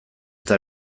eta